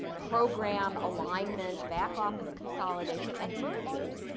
program alignment, back office consolidations, and mergers.